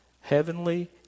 heavenly